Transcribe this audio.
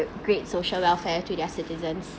great social welfare to their citizens